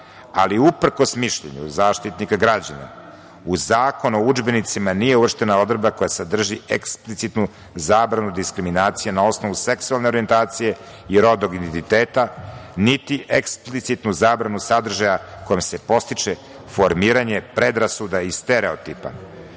ali uprkos mišljenju Zaštitnika građana, u Zakon o udžbenicima nije uvrštena odredba koja sadrži eksplicitnu zabranu diskriminacije na osnovu seksualne orjentacije i rodnog identiteta, niti eksplicitnu zabranu sadržaja kojim se podstiče formiranje predrasuda i stereotipa,